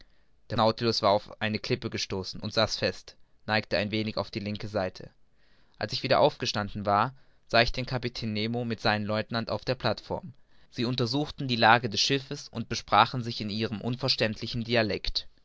der nautilus war auf eine klippe gestoßen und saß fest neigte ein wenig auf die linke seite als ich wieder aufgestanden war sah ich den kapitän nemo mit seinem lieutenant auf der plateform sie untersuchten die lage des schiffes und besprachen sich in ihrem unverständlichen dialekt